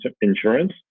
insurance